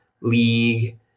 league